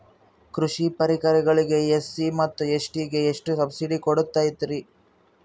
ಕೃಷಿ ಪರಿಕರಗಳಿಗೆ ಎಸ್.ಸಿ ಮತ್ತು ಎಸ್.ಟಿ ಗೆ ಎಷ್ಟು ಸಬ್ಸಿಡಿ ಕೊಡುತ್ತಾರ್ರಿ?